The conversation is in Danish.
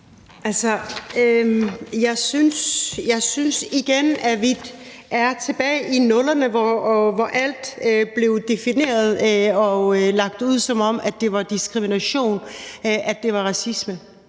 jeg synes igen, at vi er tilbage i 00'erne, hvor alt blev defineret og lagt ud, som om det var diskrimination, at det var racisme.